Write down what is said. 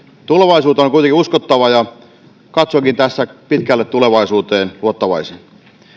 tulevaisuuteen on kuitenkin uskottava ja katsonkin tässä pitkälle tulevaisuuteen luottavaisesti